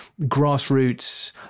grassroots